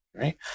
Right